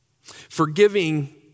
Forgiving